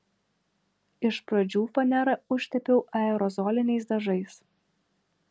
iš pradžių fanerą užtepiau aerozoliniais dažais